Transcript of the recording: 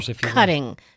cutting